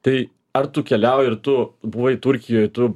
tai ar tu keliauji ar tu buvai turkijoj tu